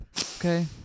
Okay